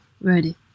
Ready